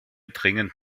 dringend